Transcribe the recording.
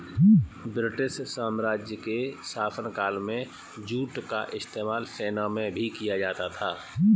British साम्राज्य के शासनकाल में जूट का इस्तेमाल सेना में भी किया जाता था